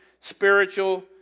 spiritual